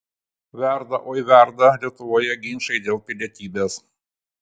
verda oi verda lietuvoje ginčai dėl pilietybės